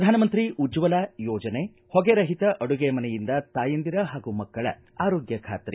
ಪ್ರಧಾನಮಂತ್ರಿ ಉಜ್ವಲಾ ಯೋಜನೆ ಹೊಗೆ ರಹಿತ ಅಡುಗೆ ಮನೆಯಿಂದ ತಾಯಂದಿರ ಹಾಗೂ ಮಕ್ಕಳ ಆರೋಗ್ದ ಖಾತ್ರಿ